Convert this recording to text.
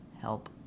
help